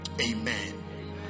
Amen